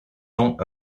ans